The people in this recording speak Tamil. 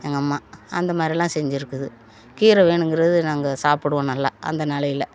எங்கம்மா அந்தமாதிரிலாம் செஞ்சிருக்குது கீரை வேணுங்கிறது நாங்கள் சாப்பிடுவோம் நல்லா அந்த நாளையில்